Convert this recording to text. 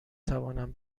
توانم